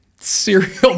cereal